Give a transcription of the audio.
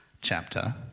chapter